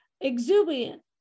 exuberant